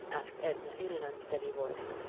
asked edna in an unsteady voice,